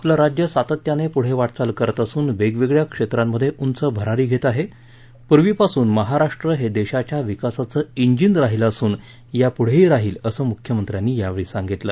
आपलं राज्य सातत्यानं पुढे वाटचाल करत असून वेगवेगळ्या क्षेत्रांमध्ये उंच भरारी घेत आहे पूर्वीपासून महाराष्ट्र हे देशाच्या विकासाचं इंजीन राह्यलं असून यापुढंही राहील असं मुख्यमंत्र्यांनी यावेळी सांगितलं